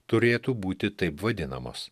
turėtų būti taip vadinamos